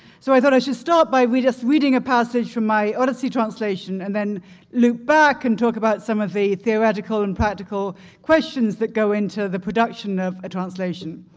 so i thought i should start by just reading a passage from my odyssey translation, and then loop back and talk about some of the theoretical and practical questions that go into the production of a translation,